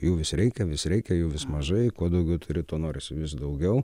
jų vis reikia vis reikia jų vis mažai kuo daugiau turi tuo norisi vis daugiau